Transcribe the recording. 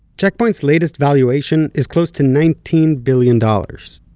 check point's latest valuation is close to nineteen billion dollars.